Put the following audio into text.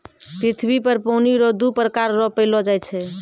पृथ्वी पर पानी रो दु प्रकार रो पैलो जाय छै